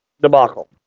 debacle